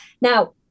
Now